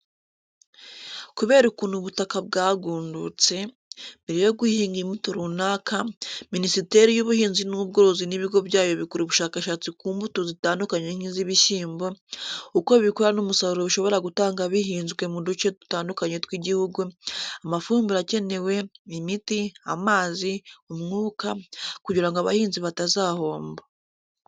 Kubera ukuntu ubutaka bwagundutse, mbere yo guhinga imbuto runaka, Minisiteri y'Ubuhinzi n'Ubworozi n'Ibigo byayo bikora ubushakashatsi ku mbuto zitandukanye nk'iz'ibishyimbo, uko bikura n'umusaruro bishobora gutanga bihinzwe mu duce dutandukanye tw'igihugu, amafumbire akenewe, imiti, amazi, umwuka, kugira ngo abahinzi batazahomba.